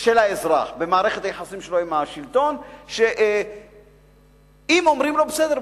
של האזרח במערכת היחסים שלו עם השלטון אם אומרים לו: בסדר,